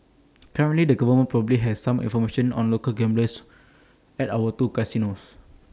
currently the government probably has some information on local gamblers at our two casinos